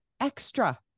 extra